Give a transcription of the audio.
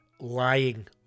lying